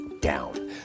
down